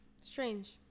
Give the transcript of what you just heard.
Strange